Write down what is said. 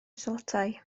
tlotai